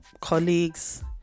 colleagues